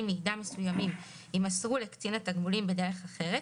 מידע מסוימים יימסרו לקצין התגמולים בדרך אחרת,